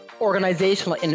organizational